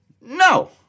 No